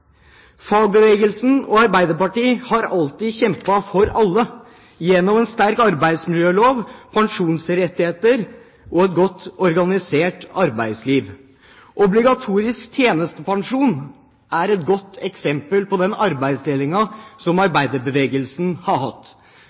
Fagbevegelsen og Arbeiderpartiet har alltid kjempet for alle gjennom en sterk arbeidsmiljølov, pensjonsrettigheter og et godt organisert arbeidsliv. Obligatorisk tjenestepensjon er et godt eksempel på den arbeidsdelingen som arbeiderbevegelsen har hatt.